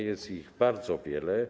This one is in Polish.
Jest ich bardzo wiele.